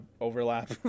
overlap